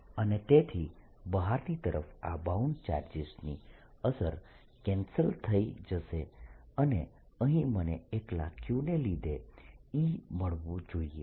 અને તેથી બહારની તરફ આ બાઉન્ડ ચાર્જીસની અસર કેન્સલ થઇ જશે અને અહીં મને એકલા Q ને લીધે E મળવું જોઈએ